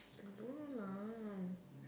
I don't know